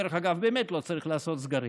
דרך אגב, באמת לא צריך לעשות סגרים,